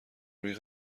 روی